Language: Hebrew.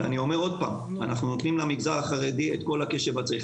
אני אומר עוד פעם: אנחנו נותנים למגזר החרדי את כל הקשב שצריך.